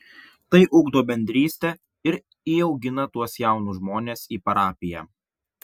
tai ugdo bendrystę ir įaugina tuos jaunus žmones į parapiją